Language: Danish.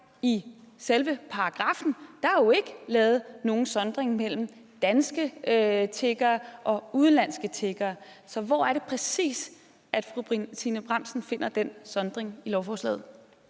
i selve paragraffen. Der er jo ikke lavet nogen sondring mellem danske tiggere og udenlandske tiggere. Så hvor er det præcis, fru Trine Bramsen finder den sondring i lovforslaget?